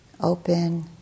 open